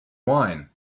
wine